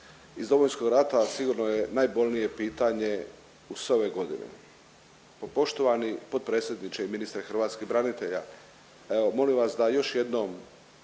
iz Domovinskog rata sigurno je najbolnije pitanje u sve ove godine. No, poštovani potpredsjedniče i ministre hrvatskih branitelja, evo molim vas da još jednom